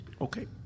Okay